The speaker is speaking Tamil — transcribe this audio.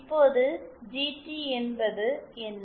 இப்போது ஜிடி என்பது என்ன